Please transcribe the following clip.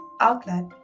outlet